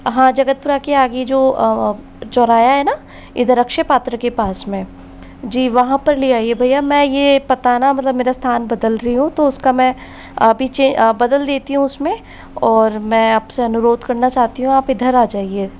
हाँ जगतपुरा के आगे जो चौराहा है न इधर अक्षय पात्र के पास में जी वहाँ पर ले आइये भैया मैं यह पता न मतलब मेरा स्थान बदल रही हूँ तो उसका मैं पीछे बदल देती हूँ उसमें और मैं आपसे अनुरोध करना चाहती हूँ आप इधर आ जाइए